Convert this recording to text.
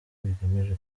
bigamije